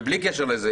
ובלי קשר לזה,